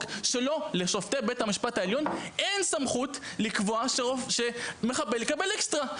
שלשופטי בית המשפט העליון אין סמכות לקבוע שמחבל יקבל אקסטרה.